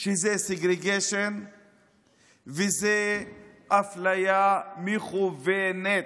שזה segregation וזה אפליה מכוונת.